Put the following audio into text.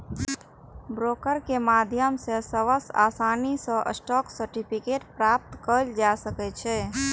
broker के माध्यम सं सबसं आसानी सं स्टॉक सर्टिफिकेट प्राप्त कैल जा सकै छै